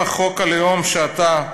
איפה חוק הלאום שאתה,